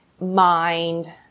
mind